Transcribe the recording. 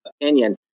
opinion